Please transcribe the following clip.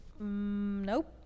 Nope